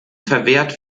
verwehrt